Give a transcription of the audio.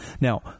Now